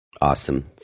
Awesome